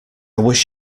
wish